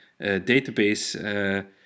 database